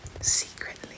secretly